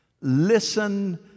Listen